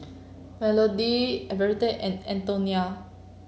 Melody Everette and Antonia